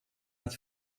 att